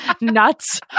nuts